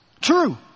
True